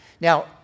now